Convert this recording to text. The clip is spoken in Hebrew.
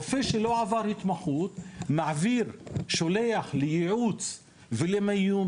רופא שלא עבר התמחות שולח ומעביר לייעוץ ולמיון